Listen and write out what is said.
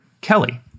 Kelly